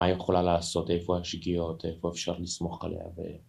מה היא יכולה לעשות, איפה השגיאות, איפה אפשר לסמוך עליה